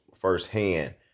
firsthand